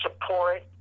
support